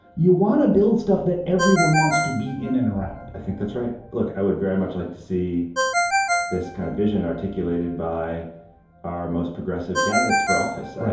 you want to build stuff that everyone wants to be in and around. i think that's right. look, i would very much like to see this kind of vision articulated by our most progressive candidates for office. right.